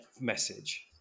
message